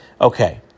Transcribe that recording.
okay